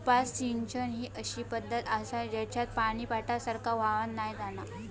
उपसा सिंचन ही अशी पद्धत आसा जेच्यात पानी पाटासारख्या व्हावान नाय जाणा